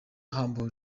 humble